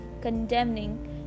condemning